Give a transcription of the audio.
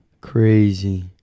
crazy